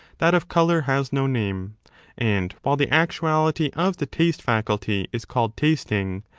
that of colour has no name and, while the actuality of the taste faculty is called tasting,